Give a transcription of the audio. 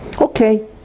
okay